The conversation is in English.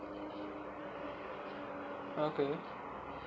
okay